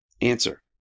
Answer